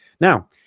now